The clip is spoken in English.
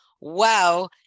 wow